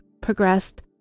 progressed